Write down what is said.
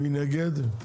מי נגד?